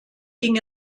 ging